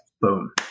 boom